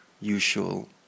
usual